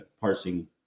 parsing